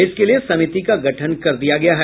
इसके लिए समिति का गठन कर दिया गया है